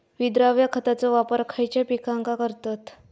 विद्राव्य खताचो वापर खयच्या पिकांका करतत?